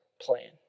plan